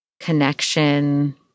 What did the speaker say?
connection